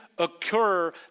occur